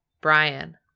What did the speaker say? Brian